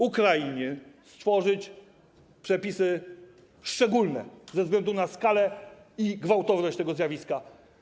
Ukrainy stworzyć przepisy szczególne ze względu na skalę i gwałtowność tego zjawiska.